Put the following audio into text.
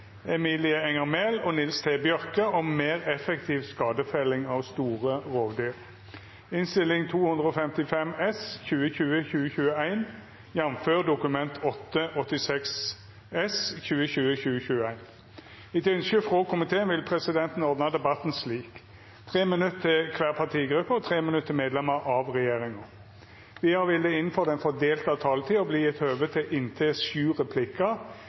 del av vurderingen. Fleire har ikkje bedt om ordet til sak nr. 11. Etter ynske frå energi- og miljøkomiteen vil presidenten ordna debatten slik: 3 minutt til kvar partigruppe og 3 minutt til medlemer av regjeringa. Vidare vil det – innanfor den fordelte taletida – verta gjeve høve til inntil sju replikkar